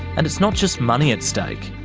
and it's not just money at stake,